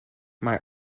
mae